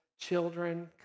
children